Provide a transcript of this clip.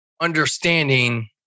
understanding